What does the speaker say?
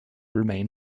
remain